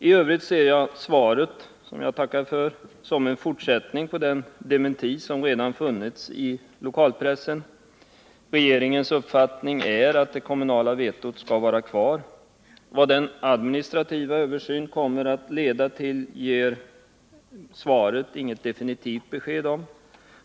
I övrigt betraktar jag svaret, som jag tackar för, som en fortsättning på den dementi som redan har förekommit i lokalpressen. Regeringens uppfattning är att det kommunala vetot skall vara kvar. Vad den administrativa översynen kommer att leda till ger svaret inget definitivt besked om.